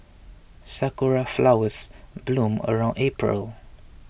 sakura flowers bloom around April